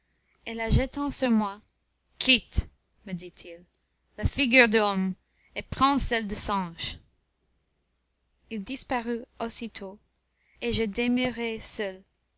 et la jetant sur moi quitte me dit-il la figure d'homme et prends celle de singe il disparut aussitôt et je demeurai seul